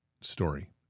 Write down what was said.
story